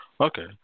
Okay